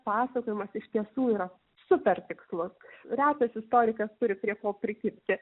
pasakojimas iš tiesų yra super tikslus retas istorikas turi prie ko prikibti